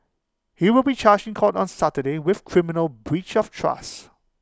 he will be charged in court on Saturday with criminal breach of trust